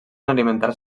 alimentar